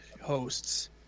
hosts